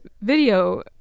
video